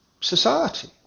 society